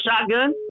shotgun